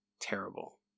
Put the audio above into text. Terrible